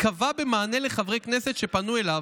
קבע במענה לחברי כנסת שפנו אליו,